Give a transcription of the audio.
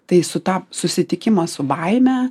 tai su tą susitikimą su baime